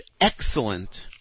excellent